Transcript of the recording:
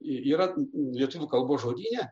yra lietuvių kalbos žodyne